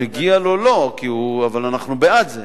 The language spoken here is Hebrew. מגיע לו לא, אבל אנחנו בעד זה.